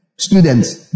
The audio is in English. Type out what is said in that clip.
Students